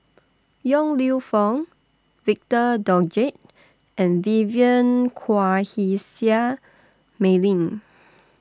Yong Lew Foong Victor Doggett and Vivien Quahe Seah Mei Lin